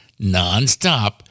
nonstop